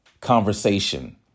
conversation